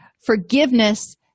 Forgiveness